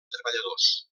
treballadors